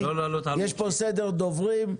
יש פה סדר דוברים.